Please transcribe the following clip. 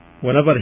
Whenever